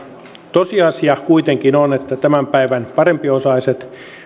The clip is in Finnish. tosiasia kuitenkin on että tämän päivän parempiosaiset